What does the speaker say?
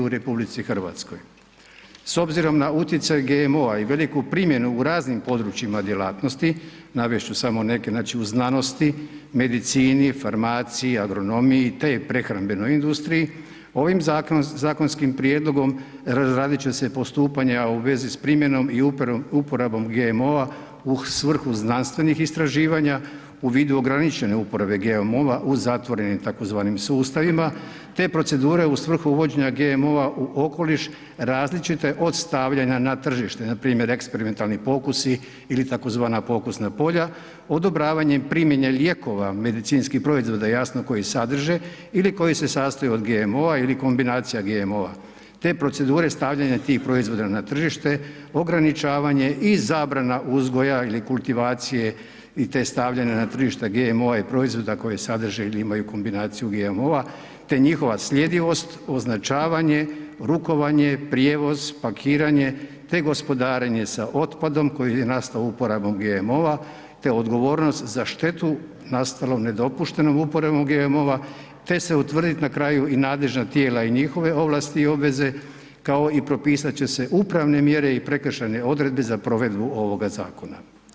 S obzirom na utjecaj GMO-a i veliku primjenu u raznim područjima djelatnosti, navest ću samo neke znači u znanosti, medicini, farmaciji, agronomiji te prehrambenoj industriji ovim zakonskim prijedlogom razradit će se postupanja u vezi s primjenom i uporabom GMO-a u svrhu znanstvenih istraživanja u vidu ograničene uporabe GMO-a u zatvorenim tzv. sustavima te procedure u svrhu uvođenja GMO-a u okoliš različite od stavljanja na tržište, npr. eksperimentalni pokusi ili tzv. pokusna polja odobravanjem primjene lijekova, medicinskih proizvoda jasno koji sadrže ili koji se sastoje od GMO-a ili kombinacija GMO-a te procedure stavljanja tih proizvoda na tržište, ograničavanje i zabrana uzgoja ili kultivacije i te stavljanja na tržište GMO-a i proizvoda koji sadrže ili imaju kombinaciju GMO-a te njihova sljedivost, označavanje, rukovanje, prijevoz, pakiranje te gospodarenje sa otpadom koji je nastao uporabom GMO-a te odgovornost za štetu nastalu nedopuštenom uporabom GMO-a te se utvrdit na kraju i nadležna tijela i njihove ovlasti i obveze kao i propisat će se upravne mjere i prekršajne odredbe za provedbu ovoga zakona.